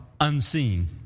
unseen